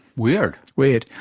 weird. weird.